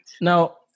Now